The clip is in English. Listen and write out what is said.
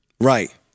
Right